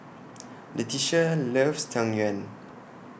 Leticia loves Tang Yuen